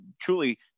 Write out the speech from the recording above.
truly